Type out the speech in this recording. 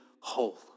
whole